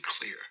clear